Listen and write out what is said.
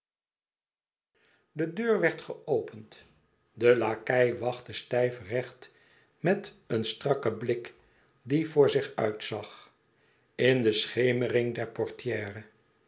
de deur werd geopend de lakei wachtte stijf recht met een strakken blik die voor zich uit zag in de schemering der portière